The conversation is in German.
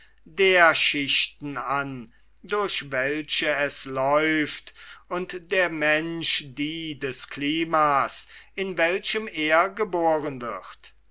der schichten an durch welche es läuft und der mensch die des klimas in welchem er geboren wird